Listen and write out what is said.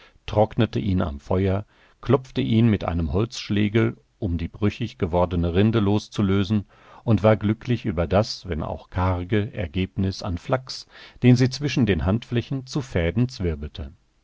trocknete ihn am feuer klopfte ihn mit einem holzschlegel um die brüchig gewordene rinde loszulösen und war glücklich über das wenn auch karge ergebnis an flachs den sie zwischen den handflächen zu fäden